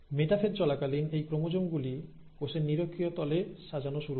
metaphase চলাকালীন এই chromosome গুলি কোষের নিরক্ষীয় তলে সাজানো শুরু হয়